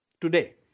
today